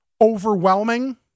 overwhelming